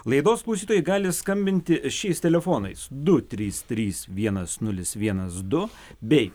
laidos klausytojai gali skambinti šiais telefonais du trys trys vienas nulis vienas du bei